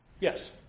Yes